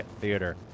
Theater